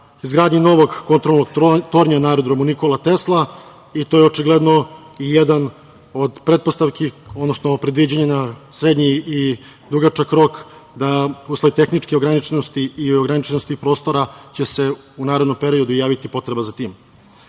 izgradnji novog kontrolnog tornja, na aerodromu „Nikola Tesla“, i to je očigledno i jedan od pretpostavki, odnosno predviđanja srednji i dugačak rok, usled tehnički ograničenosti prostora će se u narednom periodu javiti potreba za